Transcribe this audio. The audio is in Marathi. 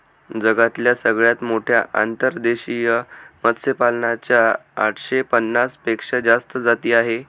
जगातल्या सगळ्यात मोठ्या अंतर्देशीय मत्स्यपालना च्या आठशे पन्नास पेक्षा जास्त जाती आहे